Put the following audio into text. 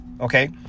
Okay